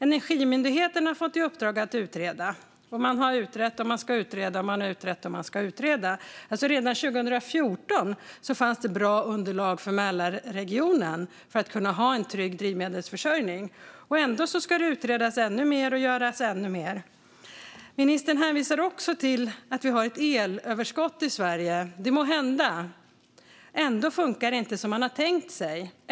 Energimyndigheten har fått i uppdrag att utreda, och man har utrett och ska utreda och har utrett och ska utreda. Redan 2014 fanns det bra underlag för Mälarregionen för att kunna ha en trygg drivmedelsförsörjning. Ändå ska det utredas ännu mer och göras ännu mer. Ministern hänvisar också till att vi har ett elöverskott i Sverige. Så är det måhända, men ändå funkar det inte som man har tänkt sig.